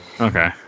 okay